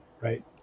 right